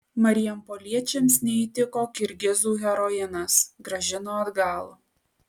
marijampoliečiams neįtiko kirgizų heroinas grąžino atgal